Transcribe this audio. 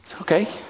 okay